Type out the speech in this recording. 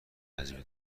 وظیفه